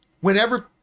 whenever